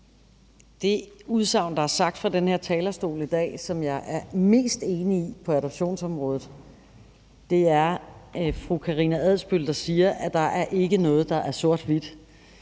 Det udsagn, der er kommet fra den her talerstol i dag, som jeg er mest enig i på adoptionsområdet, er fru Karina Adsbøls, da hun sagde, at der ikke er noget, der er sort-hvidt.